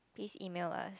please email us